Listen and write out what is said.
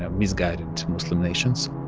um misguided muslim nations.